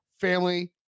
family